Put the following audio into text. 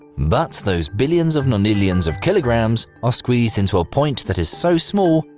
but those billions of nonillions of kilograms are squeezed into a point that is so small,